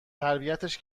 تربیتش